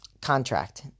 contract